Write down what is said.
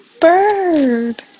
Bird